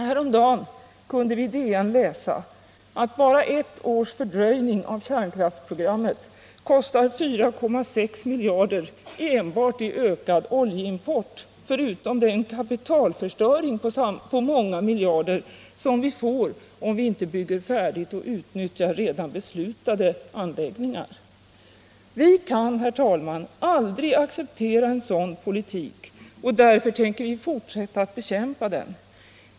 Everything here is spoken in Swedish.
Häromdagen kunde vi i DN läsa att bara ett års fördröjning av kärnkraftsprogrammet kostar 4,6 miljarder i ökad oljeimport, förutom den kapitalförstöring på många miljarder som vi får om vi inte bygger färdigt och utnyttjar redan beslutade anläggningar. Vi kan, herr talman, aldrig acceptera en sådan politik, och därför tänker vi fortsätta att bekämpa den.